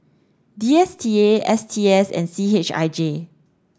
D S T A S T S and C H I J